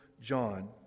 John